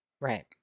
Right